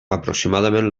aproximadament